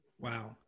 Wow